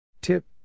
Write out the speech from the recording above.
tip